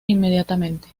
inmediatamente